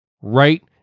right